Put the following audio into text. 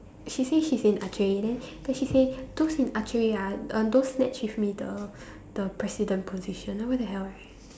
she say she's in archery then then she say those in archery ah uh don't snatch with me the the president position like what the hell right